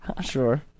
Sure